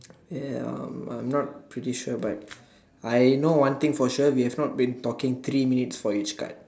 ya I'm not pretty sure but I know one thing for sure we have not been talking three minutes for each card